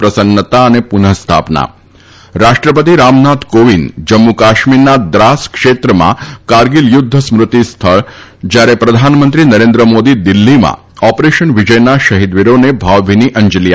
પ્રસન્નતા અને પુનઃ સ્થાપના રાષ્ટ્રપતિ રામનાથ કોવિંદ જમ્મુકાશ્મીરના દ્વાસ ક્ષેત્રમાં કારગીલ યુ દ્ધ સ્મૃતિ સ્થળ જ્યારે પ્રધાનમંત્રી નરેન્દ્ર મોદી દિલ્ઠીમાં ઓપરેશન વિજયના શહિદ વીરોને ભાવભીની અંજલી આપશે